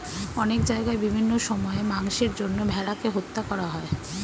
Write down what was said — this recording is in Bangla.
অনেক জায়গায় বিভিন্ন সময়ে মাংসের জন্য ভেড়াকে হত্যা করা হয়